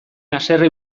haserre